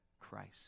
Christ